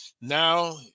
Now